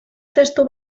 testu